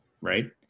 right